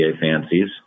fancies